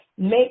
Make